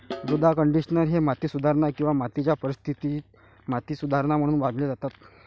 मृदा कंडिशनर हे माती सुधारणा किंवा मातीच्या परिस्थितीत माती सुधारणा म्हणून मानले जातात